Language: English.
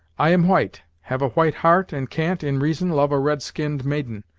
i am white have a white heart and can't, in reason, love a red-skinned maiden,